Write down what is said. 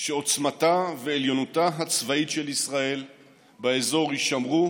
שעוצמתה ועליונותה הצבאית של ישראל באזור יישמרו,